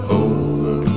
over